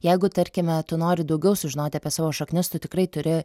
jeigu tarkime tu nori daugiau sužinoti apie savo šaknis tu tikrai turi